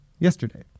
yesterday